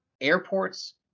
airports